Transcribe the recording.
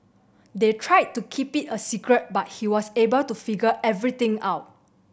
they tried to keep it a secret but he was able to figure everything out